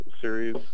series